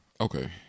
Okay